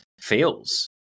feels